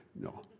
no